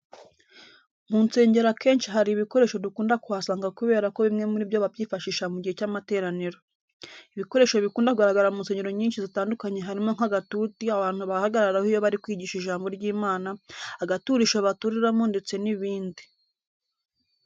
Mu nsengero akenshi hari ibikoresho dukunda kuhasanga kubera ko bimwe muri byo babyifashisha mu gihe cy'amateraniro. Ibikoresho bikunda kugaragara mu nsengero nyinshi zitandukanye harimo nk'agatuti abantu bahagararaho iyo bari kwigisha ijambo ry'Imana, agaturisho baturiramo ndetse n'ibindi.